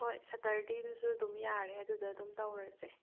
ꯍꯣꯏ ꯁꯇꯔꯗꯦꯗꯁꯨ ꯑꯗꯨꯝ ꯌꯥꯔꯦ ꯑꯗꯨꯗ ꯑꯗꯨꯝ ꯇꯧꯔꯁꯦ